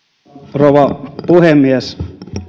rouva puhemies